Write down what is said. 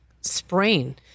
sprain